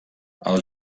els